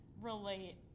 relate